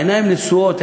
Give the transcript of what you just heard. העיניים נשואות,